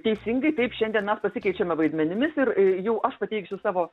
teisingai taip šiandien mes pasikeičiame vaidmenimis ir jau aš pateiksiu savo